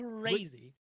crazy